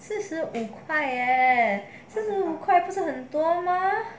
四十五块 leh 四十五块不是很多吗